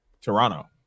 Toronto